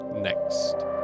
next